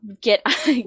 Get